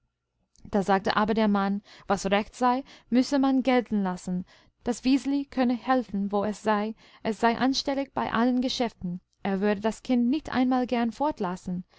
da sagte aber der mann was recht sei müsse man gelten lassen das wiseli könne helfen wo es sei es sei anstellig bei allen geschäften er würde das kind nicht einmal gern fort